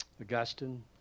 Augustine